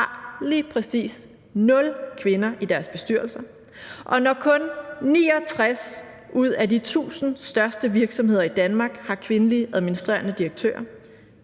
har lige præcis nul kvinder i deres bestyrelser, og når kun 69 ud af de 1.000 største virksomheder i Danmark har kvindelige administrerende direktører,